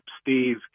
steve